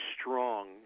strong